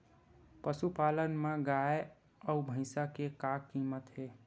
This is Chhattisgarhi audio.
पशुपालन मा गाय अउ भंइसा के का कीमत हे?